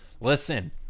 Listen